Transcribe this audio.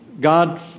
God